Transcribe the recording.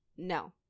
No